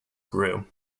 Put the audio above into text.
grew